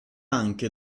anche